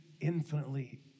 infinitely